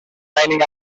mining